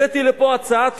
הבאתי לפה הצעת חוק,